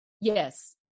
Yes